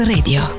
Radio